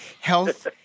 health